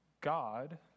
God